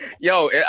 Yo